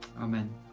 Amen